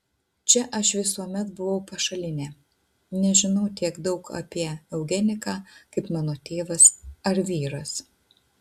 čia aš visuomet buvau pašalinė nežinau tiek daug apie eugeniką kaip mano tėvas ar vyras